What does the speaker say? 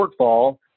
shortfall